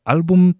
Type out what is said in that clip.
Album